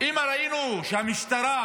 אם היינו רואים שהמשטרה,